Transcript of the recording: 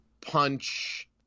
punch